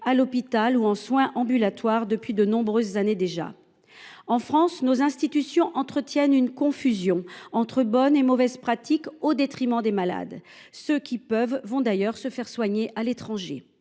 à l’hôpital ou en soins ambulatoires. En France, nos institutions entretiennent une confusion entre « bonnes » et « mauvaises » pratiques, au détriment des malades. Ceux qui le peuvent vont d’ailleurs se faire soigner à l’étranger.